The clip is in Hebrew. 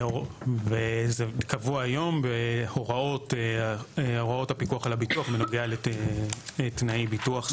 וזה קבוע היום בהוראות הפיקוח על הביטוח בנוגע לתנאי ביטוח,